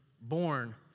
born